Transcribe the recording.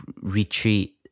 retreat